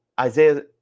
Isaiah